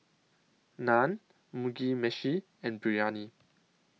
Naan Mugi Meshi and Biryani